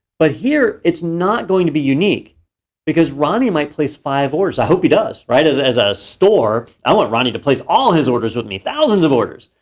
but here it's not going to be unique because ronnie might place five orders, i hope he does, right? as as a store, i want ronnie to place all his order with me, thousands of orders.